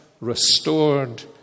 restored